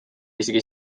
isegi